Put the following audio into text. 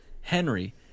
Henry